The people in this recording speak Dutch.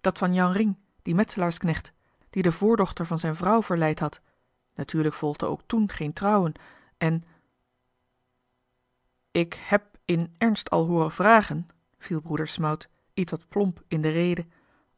dat van jan ring dien metselaarsknecht die de voordochter van zijn vrouw verleid had natuurlijk volgde ook toen geen trouwen en ik heb in ernst al hooren vragen viel broeder smout ietwat plomp in de rede